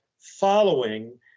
following